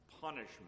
punishment